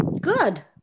good